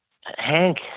Hank